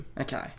Okay